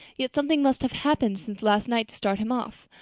yet something must have happened since last night to start him off.